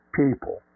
people